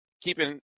keeping